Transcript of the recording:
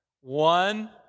One